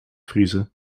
vriezen